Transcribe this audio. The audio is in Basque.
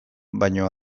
baino